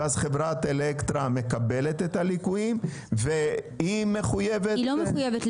ואז חברת אלקטרה מקבלת את הליקויים והיא מחויבת --- היא לא מחויבת.